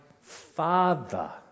Father